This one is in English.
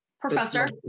Professor